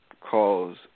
calls